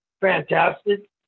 fantastic